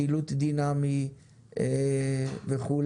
שילוט דינמי וכו'.